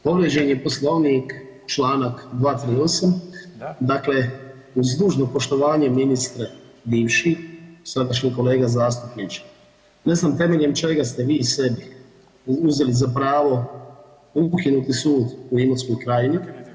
Ovaj povrijeđen je Poslovnik Članak 238 [[Upadica: Da.]] dakle uz dužno poštovanje ministre bivši sadašnji kolega zastupniče ne znam temeljem čega ste vi sebi uzeli za pravo ukinuti sud u Imotskoj krajini.